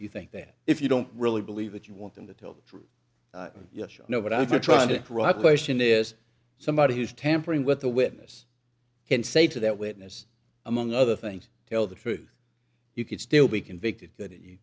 you think that if you don't really believe that you want him to tell the truth yes you know what i've been trying to corroboration is somebody who's tampering with the witness can say to that witness among other things tell the truth you could still be convicted goody yes you